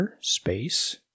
space